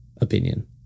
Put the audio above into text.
opinion